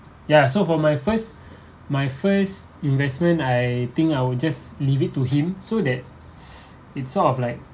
ya so for my first my first investment I think I will just leave it to him so that it's sort of like